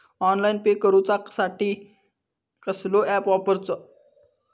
Online pay करूचा साठी कसलो ऍप वापरूचो?